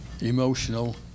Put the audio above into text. emotional